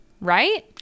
right